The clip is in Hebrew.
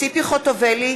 ציפי חוטובלי,